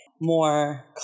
more